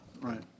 right